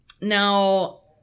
now